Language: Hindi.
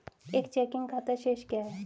एक चेकिंग खाता शेष क्या है?